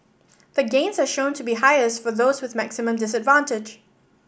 the gains are shown to be highest for those with maximum disadvantage